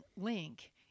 link